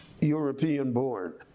European-born